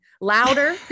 louder